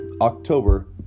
October